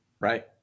Right